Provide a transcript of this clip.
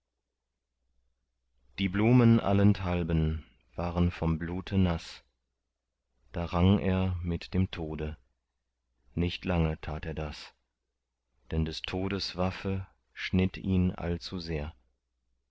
die blumen allenthalben waren vom blute naß da rang er mit dem tode nicht lange tat er das denn des todes waffe schnitt ihn